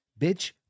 Bitch